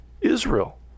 Israel